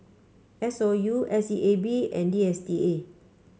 S O U S E A B and D S T A